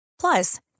Plus